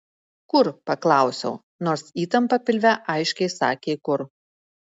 kur paklausiau nors įtampa pilve aiškiai sakė kur